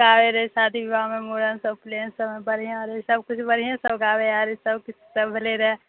गाबै रहै शादी विवाहमे मुरनसभ छलैह सभ बढ़िऑं रहै सभ कुछ बढ़िऑं आर सभ गाबै रहै सभ किछु भेलै र